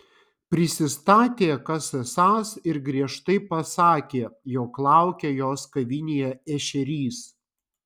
prisistatė kas esąs ir griežtai pasakė jog laukia jos kavinėje ešerys